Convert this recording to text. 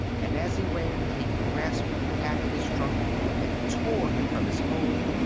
and as he ran, he grasped the cat in his trunk and tore him from his hold,